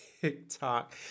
TikTok